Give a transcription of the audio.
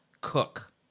cook